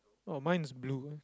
oh mine's blue